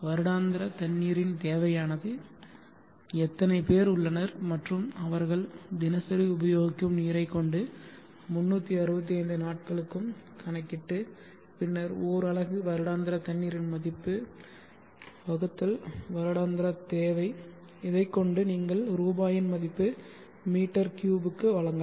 வருடாந்தர தண்ணீரின் தேவையானது எத்தனை பேர் உள்ளனர் மற்றும் அவர்கள் தினசரி உபயோகிக்கும் நீரைக் கொண்டு 365 நாள்களுக்கும் கணக்கிட்டு பின்னர் ஓர் அலகு வருடாந்தர தண்ணீரின் மதிப்பு வகுத்தல் வருடாந்தர தேவை இதைக்கொண்டு நீங்கள் ரூபாயின் மதிப்பு m3 க்கு வழங்கலாம்